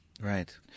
Right